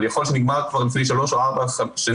אבל יכול להיות שנגמר כבר לפני שלוש-ארבע שנים.